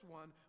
one